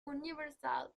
universal